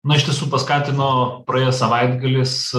na iš tiesų paskatino praėjęs savaitgalis